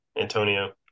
Antonio